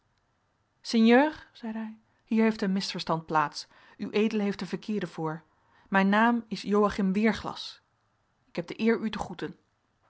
hij hier heeft een misverstand plaats ued heeft den verkeerde voor mijn naam is joachim weerglas ik heb de eer u te groeten